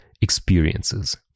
experiences